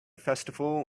festival